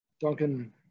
Duncan